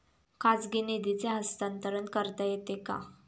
खाजगी निधीचे हस्तांतरण करता येते का?